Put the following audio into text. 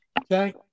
Okay